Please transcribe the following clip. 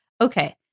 Okay